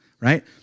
right